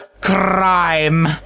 Crime